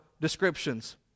descriptions